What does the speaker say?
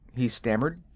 he stammered.